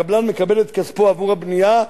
הקבלן מקבל את כספו עבור הבנייה,